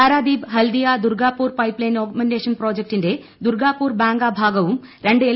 Paradip Haldia Durgapur pipeline augmentation പ്രോജക്ടിന്റെ ദുർഗാപുർ ബാങ്ക ഭാഗവും രണ്ട് എൽ